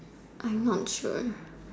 I'm not sure